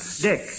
Dick